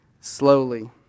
slowly